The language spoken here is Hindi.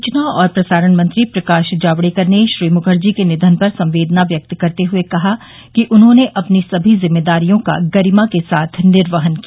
सूचना और प्रसारण मंत्री प्रकाश जावड़ेकर ने श्री मुखर्जी के निधन पर संवेदना व्क्कत करते हुए कहा कि उन्होंने अपनी सभी जिम्मेदारियों का गरिमा के साथ निर्वहन किया